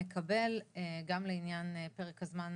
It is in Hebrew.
גם לעניין פרק הזמן,